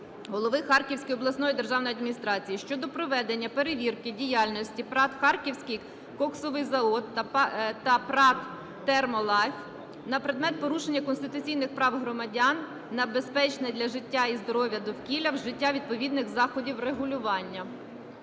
голови Харківської обласної державної адміністрації щодо проведення перевірки діяльності ПРАТ "Харківський коксовий завод" та ПРАТ "Термолайф" на предмет порушення конституційних прав громадян на безпечне для життя і здоров'я довкілля, вжиття відповідних заходів врегулювання.